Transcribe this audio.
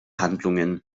handlungen